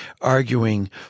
arguing